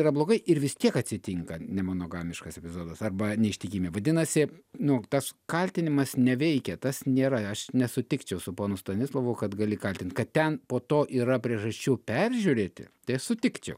yra blogai ir vis tiek atsitinka nemonogamiškas epizodas arba neištikimė vadinas nu tas kaltinimas neveikia tas nėra aš nesutikčiau su ponu stanislovu kad gali kaltint kad ten po to yra priežasčių peržiūrėti tai aš sutikčiau